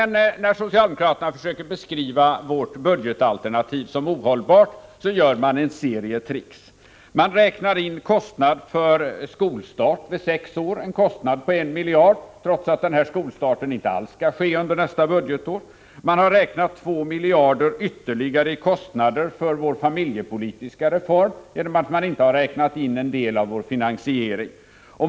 När socialdemokraterna försöker beskriva vårt budgetalternativ som ohållbart gör man en serie tricks. Man räknar in en kostnad på 1 miljard för skolstart vid sex års ålder, trots att den här skolstarten inte alls skall ske under nästa budgetår. Man har räknat 2 miljarder ytterligare i kostnader för vår familjepolitiska reform genom att inte räkna in en del av vår finansiering.